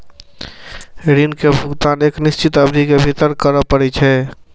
ऋण के भुगतान एक निश्चित अवधि के भीतर करय पड़ै छै